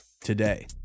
today